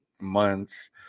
months